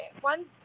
one